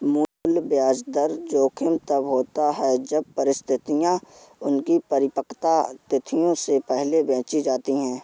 मूल्य ब्याज दर जोखिम तब होता है जब परिसंपतियाँ उनकी परिपक्वता तिथियों से पहले बेची जाती है